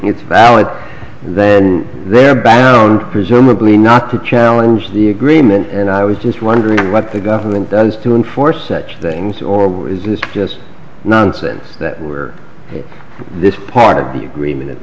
it's valid then their background presumably not to challenge the agreement and i was just wondering what the government does to enforce such things or was this just nonsense that were here this part of the agreement at